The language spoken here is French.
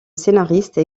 scénariste